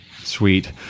Sweet